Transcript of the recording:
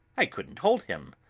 i couldn't hold him.